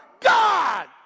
God